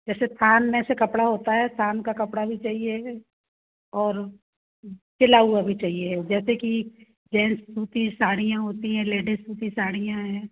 जैसे थान में से कपड़ा होता है थान का कपडा भी चाहिए और सिला हुआ भी चाहिए जैसे कि जेन्स सूती साड़ियाँ होती हैं लेडिस सूती साड़ियाँ हैं